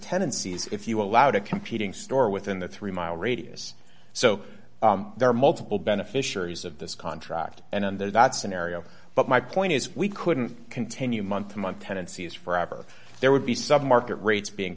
tendencies if you allowed a competing store within the three mile radius so there are multiple beneficiaries of this contract and under that scenario but my point is we couldn't continue month to month tenancy as forever there would be some market rates being